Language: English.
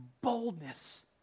boldness